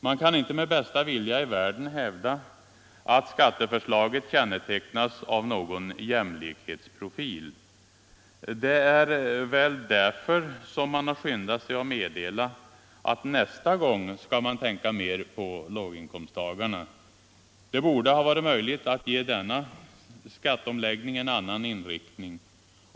Man kan inte med bästa vilja i världen hävda att skatteförslaget kännetecknas av någon jämlikhetsprofil. Det är väl därför man skyndat sig att meddela att nästa gång skall man tänka mera på låginkomsttagarna. Det borde ha varit möjligt att ge denna skatteomläggning en annan inriktning.